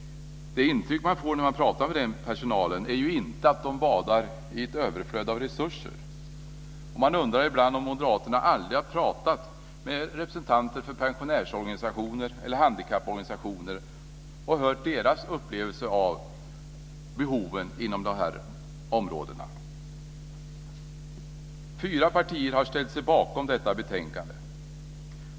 Det intryck man får när man pratar med den personalen är ju inte att man badar i ett överflöd av resurser. Ibland undrar man också om moderaterna aldrig har pratat med representanter för pensionärs eller handikapporganisationer och hört om deras upplevelse av behoven inom de här områdena. Fyra partier har ställt sig bakom detta betänkande.